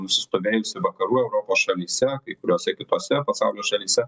nusistovėjusi vakarų europos šalyse kai kuriose kitose pasaulio šalyse